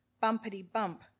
bumpity-bump